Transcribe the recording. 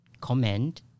comment